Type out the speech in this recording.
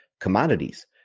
commodities